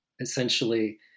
essentially